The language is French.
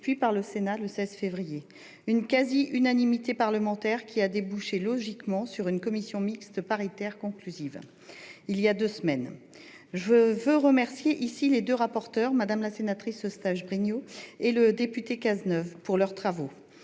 puis par le Sénat le 16 février suivant. Cette quasi-unanimité parlementaire a débouché, logiquement, sur une commission mixte paritaire conclusive, il y a deux semaines. Je remercie les deux rapporteurs, la sénatrice Eustache-Brinio et le député Cazenave, de leurs travaux.